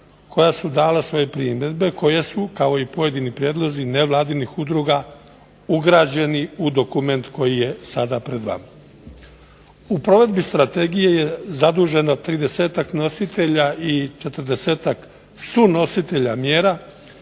koja su dala svoje primjedbe koje su kao i pojedini prijedlozi nevladinih udruga ugrađeni u dokument koji je sada pred vama. U provedbi strategije je zaduženo 30-tak nositelja i 40-tak sunositelja mjera,